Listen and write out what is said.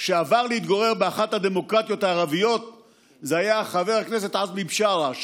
שעבר להתגורר באחת הדמוקרטיות הערביות זה חבר הכנסת עזמי בשארה,